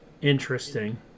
Interesting